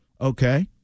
Okay